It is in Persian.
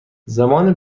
زمان